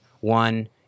one